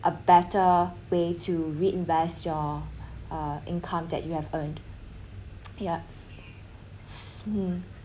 a better way to reinvest your uh income that you have earned yup hmm